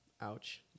Ouch